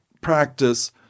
practice